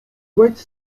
white